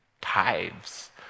tithes